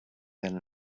than